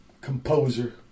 Composer